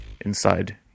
inside